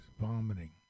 vomiting